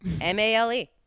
M-A-L-E